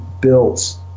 built